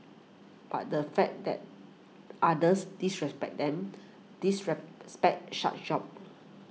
but the fact that others disrespect them disrespect such jobs